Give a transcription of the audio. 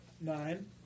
Nine